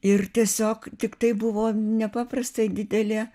ir tiesiog tik tai buvo nepaprastai didelė